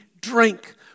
drink